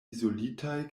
izolitaj